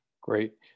Great